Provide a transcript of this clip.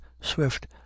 swift